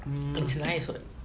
it's nice [what]